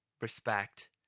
respect